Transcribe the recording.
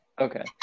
okay